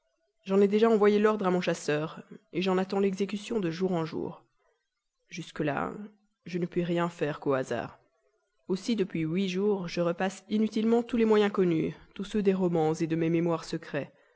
j'en ai déjà envoyé l'ordre à mon chasseur j'en attends l'exécution de jour en jour jusques là je ne puis rien faire qu'au hasard aussi depuis huit jours je repasse inutilement tous les moyens connus tous ceux des romans de mes mémoires secrets